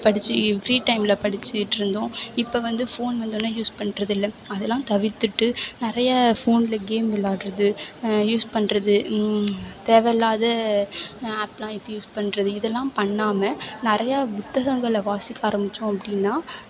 படித்து ஃப்ரீ டைமில் படிச்சுக்கிட்ருந்தோம் இப்போ வந்து ஃபோன் வந்தோன்னே யூஸ் பண்ணுறது இல்லை அதெல்லாம் தவிர்த்துட்டு நிறைய ஃபோனில் கேம் விளாட்றது யூஸ் பண்ணுறது தேவையில்லாத ஆப்பெல்லாம் ஏற்றி யூஸ் பண்ணுறது இதெல்லாம் பண்ணாமல் நிறைய புத்தகங்களை வாசிக்க ஆரம்பித்தோம் அப்படின்னா